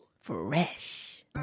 fresh